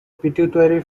pituitary